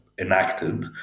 enacted